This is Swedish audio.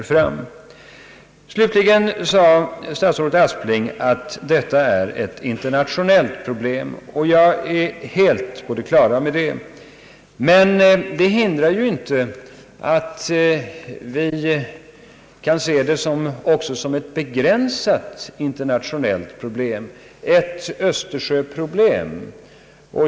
Statsrådet Aspling nämnde i slutet av sitt anförande att detta är ett internationellt problem, och även jag är helt på det klara med det. Det hindrar dock inte att vi också kan se det som ett begränsat internationellt problem, ett Östersjöproblem.